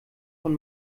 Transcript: von